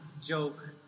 joke